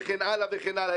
וכן הלאה וכן האלה.